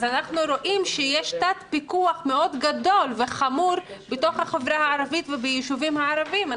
אנחנו רואים שיש תת-פיקוח עמוק וחמור בחברה הערבית וביישובים הערביים.